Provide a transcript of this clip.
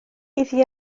iddi